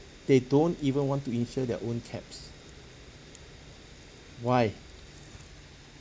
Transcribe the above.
they don't even want to insure their own cabs why